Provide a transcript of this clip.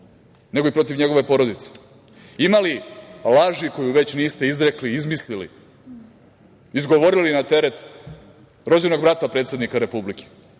nego i protiv njegove porodice? Ima li laži koju već niste izrekli, izmislili, izgovorili na teret rođenog brata predsednika Republike